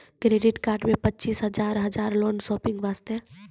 Credit card मे पचीस हजार हजार लोन शॉपिंग वस्ते?